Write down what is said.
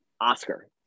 Oscar